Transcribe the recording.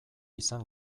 izan